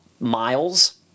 miles